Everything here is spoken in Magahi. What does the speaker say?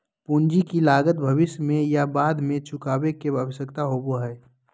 पूंजी की लागत भविष्य में या बाद में चुकावे के आवश्यकता होबय हइ